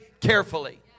carefully